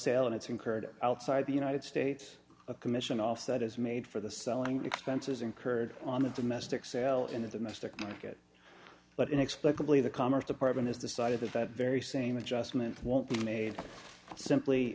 sale and it's incurred outside the united states a commission also that is made for the selling expenses incurred on a domestic sale in the domestic market but inexplicably the commerce department has decided that that very same adjustment won't be made simply